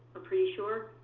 ah pretty sure.